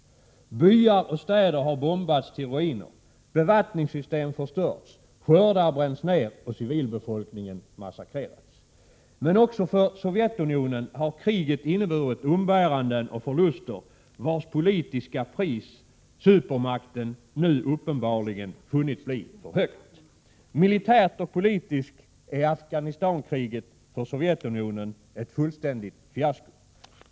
Byar och städer har bombats till ruiner, bevattningssystem förstörts, skördar bränts ner och civilbefolkningen massakrerats. Men också för Sovjetunionen har kriget inneburit umbäranden och förluster, vilkas politiska pris supermakten nu uppenbarligen funnit bli för högt. Militärt och politiskt är Afghanistankriget för Sovjetunionen ett fullständigt fiasko.